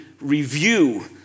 review